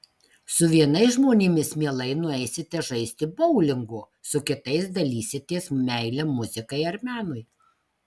su vienais žmonėmis mielai nueisite žaisti boulingo su kitais dalysitės meile muzikai ar menui